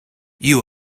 you